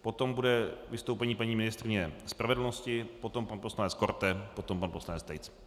Potom bude vystoupení paní ministryně spravedlnosti, potom pan poslanec Korte, potom pan poslanec Tejc.